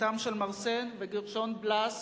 בתם של מרסל וגרשון בלס